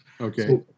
Okay